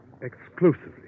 Exclusively